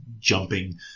jumping